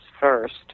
first